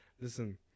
Listen